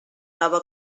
nova